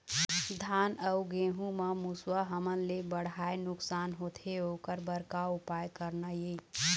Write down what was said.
धान अउ गेहूं म मुसवा हमन ले बड़हाए नुकसान होथे ओकर बर का उपाय करना ये?